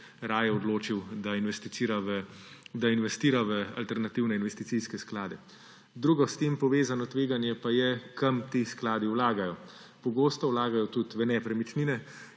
raje odločil, da investira v alternativne investicijske sklade. Drugo s tem povezano tveganje pa je, kam ti skladi vlagajo. Pogosto vlagajo tudi v nepremičnine